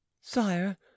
sire